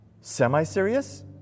Semi-serious